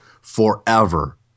forever